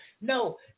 No